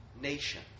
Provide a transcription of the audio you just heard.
nation